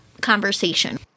conversation